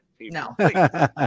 no